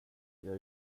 jag